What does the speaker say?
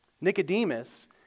Nicodemus